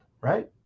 right